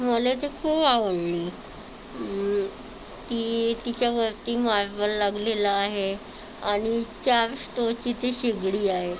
मला ती खूप आवडली ती तिच्यावरती मार्बल लागलेला आहे आणि चार स्टोव्हची ती शेगडी आहे